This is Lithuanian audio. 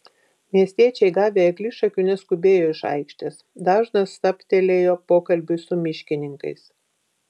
miestiečiai gavę eglišakių neskubėjo iš aikštės dažnas stabtelėjo pokalbiui su miškininkais